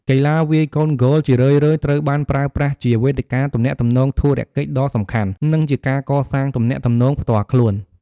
កីឡាវាយកូនហ្គោលជារឿយៗត្រូវបានប្រើប្រាស់ជា វេទិកាទំនាក់ទំនងធុរកិច្ចដ៏សំខាន់ និងជាការកសាងទំនាក់ទំនងផ្ទាល់ខ្លួន។